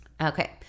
okay